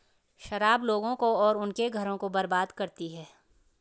शराब लोगों को और उनके घरों को बर्बाद करती है